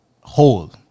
whole